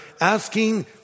asking